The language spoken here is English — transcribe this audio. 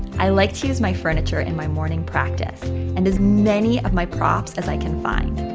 i like to use my furniture in my morning practice and as many of my props as i can find.